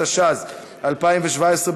התשע"ז 2017,